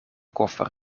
koffer